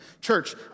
Church